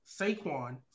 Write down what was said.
Saquon